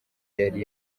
yari